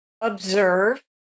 observe